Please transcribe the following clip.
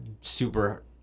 super